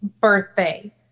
birthday